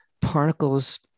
particles